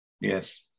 Yes